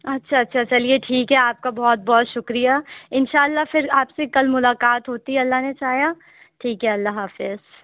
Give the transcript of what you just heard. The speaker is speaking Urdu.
اچھا اچھا چلیے ٹھیک ہے آپ کا بہت بہت شکریہ ان شاء اللہ پھر آپ سے کل ملاقات ہوتی ہے اللہ نے چاہا ٹھیک ہے اللہ حافظ